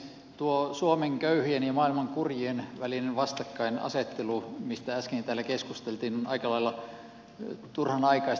tuo suomen köy hien ja maailman kurjien välinen vastakkainasettelu mistä äsken täällä keskusteltiin on aika lailla turhanaikaista